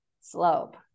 slope